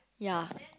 ya